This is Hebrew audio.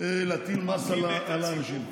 להטיל מס על האנשים, לצערי הרב.